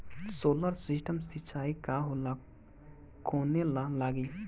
Solar system सिचाई का होला कवने ला लागी?